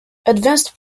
advanced